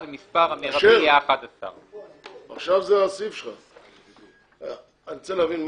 אז המספר המרבי יהיה 11. אני רוצה להבין,